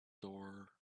door